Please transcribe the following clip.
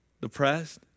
depressed